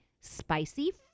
spicy